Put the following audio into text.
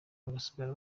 basigara